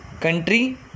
Country